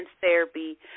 therapy